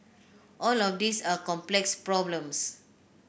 all of these are complex problems